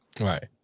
Right